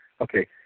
Okay